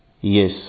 Yes